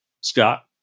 Scott